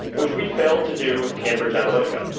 which we failed to do with cambridge analytica.